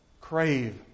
Crave